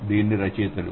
Dasher దీని రచయితలు